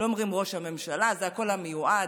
לא אומרים "ראש הממשלה" זה הכול "המיועד",